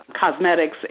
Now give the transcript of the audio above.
cosmetics